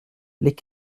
les